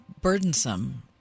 burdensome